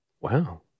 Wow